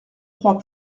crois